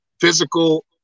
physical